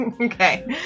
Okay